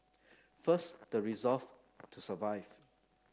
first the resolve to survive